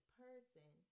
person